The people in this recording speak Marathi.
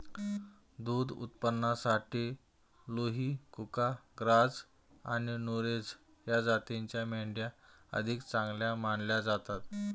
दुध उत्पादनासाठी लुही, कुका, ग्राझ आणि नुरेझ या जातींच्या मेंढ्या अधिक चांगल्या मानल्या जातात